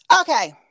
Okay